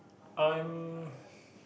I'm